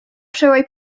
przełaj